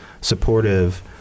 supportive